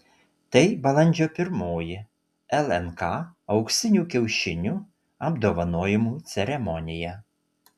tai balandžio pirmoji lnk auksinių kiaušinių apdovanojimų ceremonija